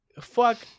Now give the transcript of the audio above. Fuck